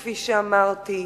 כפי שאמרתי,